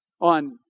on